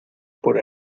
por